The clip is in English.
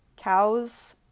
cows